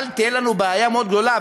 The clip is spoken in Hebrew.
אבל תהיה לנו בעיה גדולה מאוד,